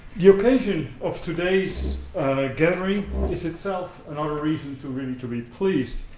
the occasion of today's gathering is itself another reason to reason to be pleased,